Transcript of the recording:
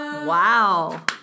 Wow